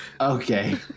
Okay